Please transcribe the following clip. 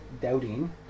doubting